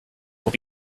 will